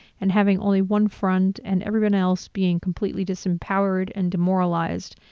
and having only one front and everyone else being completely disempowered and demoralized,